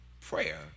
prayer